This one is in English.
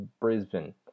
Brisbane